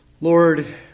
Lord